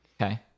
Okay